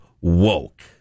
woke